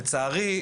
לצערי,